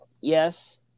yes